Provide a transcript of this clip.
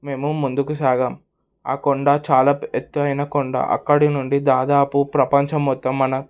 మేము ముందుకు సాగం ఆ కొండ చాలా ఎత్తయిన కొండ అక్కడి నుండి దాదాపు ప్రపంచం మొత్తం మన